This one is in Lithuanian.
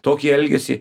tokį elgesį